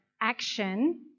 action